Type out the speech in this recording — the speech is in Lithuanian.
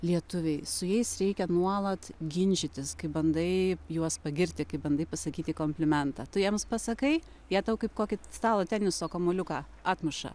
lietuviai su jais reikia nuolat ginčytis kai bandai juos pagirti kai bandai pasakyti komplimentą tu jiems pasakai jie tau kaip kokį stalo teniso kamuoliuką atmuša